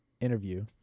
interview